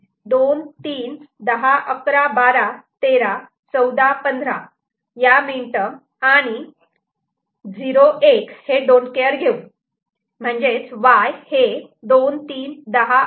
आता आपण घेऊ 23101112131415 या मीन टर्म आणि 0 1 हे डोंटकेअर don't care घेऊ